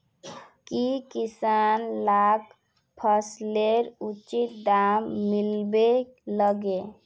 की किसान लाक फसलेर उचित दाम मिलबे लगे?